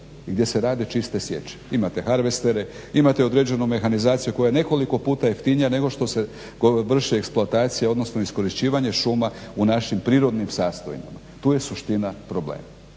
gdje se rade čiste sječe. Imate harvestere, imate određenu mehanizaciju koja je nekoliko puta jeftinija nego što se vrši eksploatacija odnosno iskorištavanje šuma u našim prirodnim sastojnama. Tu je suština problema.